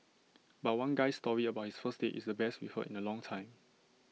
but one guy's story about his first date is the best we've heard in A long time